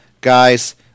Guys